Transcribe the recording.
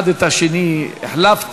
אחד את השני החלפתם.